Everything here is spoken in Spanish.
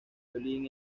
violín